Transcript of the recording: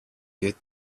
good